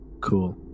Cool